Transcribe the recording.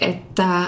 Että